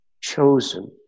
chosen